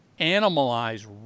Animalize